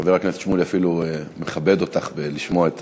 חבר הכנסת שמולי אפילו מכבד אותך ושומע.